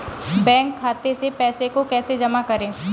Bank खाते से पैसे को कैसे जमा करें?